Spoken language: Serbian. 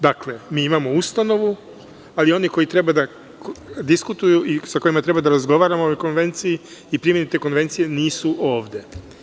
Dakle, imamo ustanovu, ali oni koji treba da diskutuju i sa kojima treba da razgovaramo o ovoj konvenciji i primeni te konvencije nisu ovde.